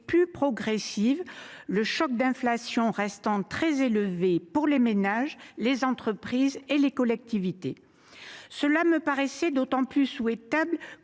plus lente, le choc d’inflation restant très élevé pour les ménages, les entreprises et les collectivités. Cela me paraissait d’autant plus souhaitable